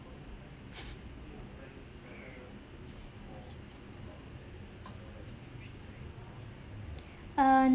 err